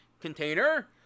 container